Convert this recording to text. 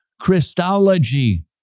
Christology